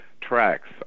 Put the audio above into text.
tracks